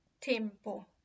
tempo